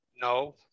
No